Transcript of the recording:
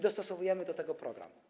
Dostosowujemy do tego program.